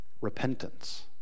repentance